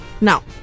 now